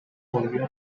volvió